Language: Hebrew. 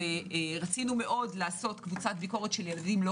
רצינו לעשות קבוצת ביקורת של ילדים לא